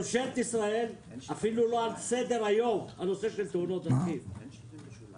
הנושא של תאונות דרכים אפילו לא על סדר-היום אצל ממשלת ישראל.